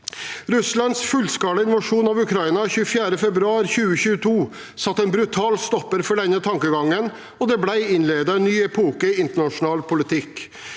Russlands fullskala invasjon av Ukraina 24. februar 2022 satte en brutal stopper for denne tankegangen, og det ble innledet en ny epoke i internasjonal politikk.